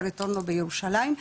רטורנו בירושלים,